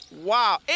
Wow